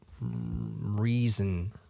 reason